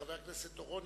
חבר הכנסת אורון,